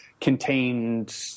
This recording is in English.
contained